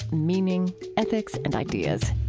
meaning, ethics, and ideas.